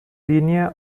linie